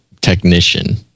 technician